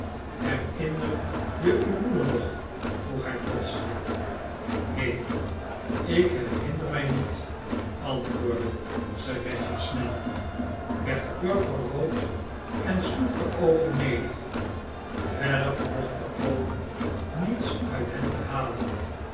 herinner je uw moeder nog vroeg hij plotseling neen ik herinner mij niet antwoordde serëscha snel werd purperrood en sloeg de oogen neder verder vermocht de oom niets uit hem te halen